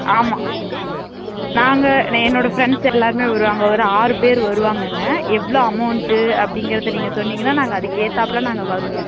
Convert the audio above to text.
ஆமாம் நாங்கள் நே என்னோடய ஃப்ரெண்ட்ஸ் எல்லோருமே வருவாங்க ஒரு ஆறு பேர் வருவாங்கங்க எவ்வளோ அமௌண்ட்டு அப்படிங்கிறத நீங்கள் சொன்னீங்கன்னால் நாங்கள் அதுக்கேற்றாப்புல நாங்கள் வருவோம்